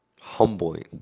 humbling